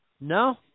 no